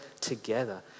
together